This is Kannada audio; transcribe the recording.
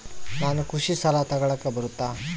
ನಾನು ಕೃಷಿ ಸಾಲ ತಗಳಕ ಬರುತ್ತಾ?